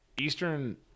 Eastern